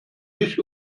nicht